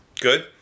Good